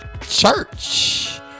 church